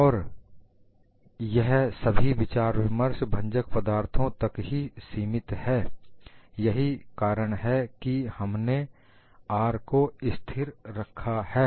और यह सभी विचार विमर्श भंजक पदार्थों तक ही सीमित है यही कारण है कि हमने R को स्थिर रखा है